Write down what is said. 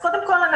קודם כול,